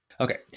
Okay